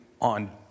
on